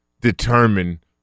determine